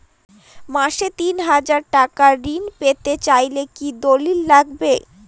মাসে তিন হাজার টাকা ঋণ পেতে চাইলে কি দলিল লাগবে?